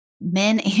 men